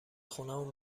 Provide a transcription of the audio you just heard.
خونمون